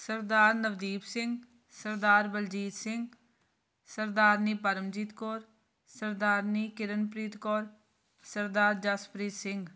Sardar Navdeep Singh Sardar Baljit Singh Sardarni Paramjit Kaur Sardarni Kiranpreet Kaur Sardar Jaspreet Singh